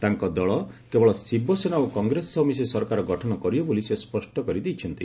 ତାଙ୍କ ଦଳ କେବଳ ଶିବସେନା ଓ କଂଗ୍ରେସ ସହ ମିଶି ସରକାର ଗଠନ କରିବ ବୋଲି ସେ ସ୍ୱଷ୍ଟ କରିଦେଇଛନ୍ତି